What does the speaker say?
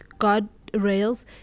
guardrails